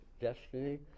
destiny